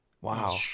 Wow